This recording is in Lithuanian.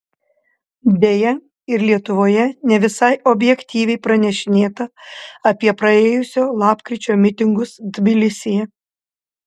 deja ir lietuvoje ne visai objektyviai pranešinėta apie praėjusio lapkričio mitingus tbilisyje